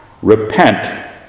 Repent